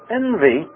envy